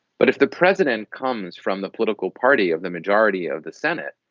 but if the president comes from the political party of the majority of the senate,